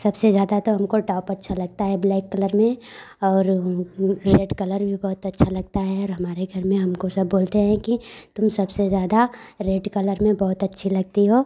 सबसे ज़्यादा तो हमको टौप अच्छा लगता है ब्लैक कलर में और रेड कलर भी बहुत अच्छा लगता है और हमारे घर में हमको सब बोलते हैं कि तुम सबसे ज़्यादा रेड कलर में बहुत अच्छी लगती हो